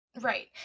Right